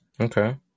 okay